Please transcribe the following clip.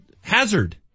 hazard